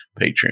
Patreon